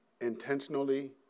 intentionally